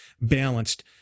balanced